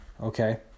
Okay